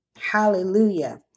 Hallelujah